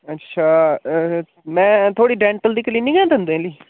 अच्छा मैं थआढ़ी डेंटल दी क्लिनिक ऐ दन्दे आह्ली